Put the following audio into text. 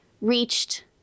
reached